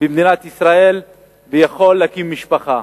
במדינת ישראל ויוכל להקים משפחה.